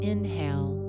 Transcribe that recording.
Inhale